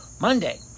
Monday